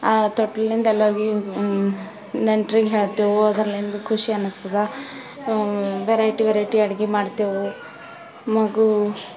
ತೊಟ್ಲಲ್ಲಿಂದ ಎಲ್ಲಾರೂ ಭೀ ನೆಂಟ್ರಿಗೆ ಹೇಳ್ತೇವೆ ಅದ್ರಲ್ಲಿಂದ ಖುಷಿ ಅನ್ನಿಸ್ತದ ವೆರೈಟಿ ವೆರೈಟಿ ಅಡ್ಗೆ ಮಾಡ್ತೇವೆ ಮಗು